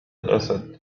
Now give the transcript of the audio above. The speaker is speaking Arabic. الأسد